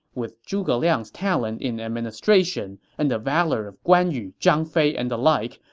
with zhuge liang's talent in administration and the valor of guan yu, zhang fei, and the like,